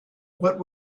what